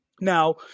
Now